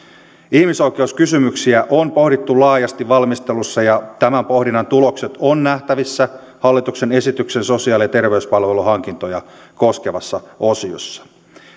ihmisoikeuskysymyksiä on pohdittu laajasti valmistelussa ja tämän pohdinnan tulokset ovat nähtävissä hallituksen esityksen sosiaali ja terveyspalveluhankintoja koskevassa osiossa